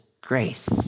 grace